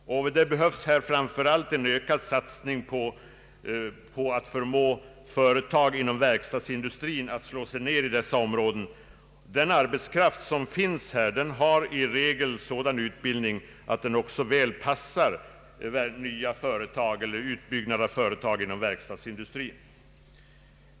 Framför allt behövs en ökad satsning på att förmå företag inom verkstadsindustrin att slå sig ned inom dessa områden. Den arbetskraft som finns här har i regel sådan utbildning att den också väl passar nya företag eller utbyggda företag inom verkstadsindustrin.